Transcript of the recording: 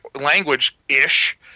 language-ish